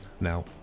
Now